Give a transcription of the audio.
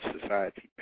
society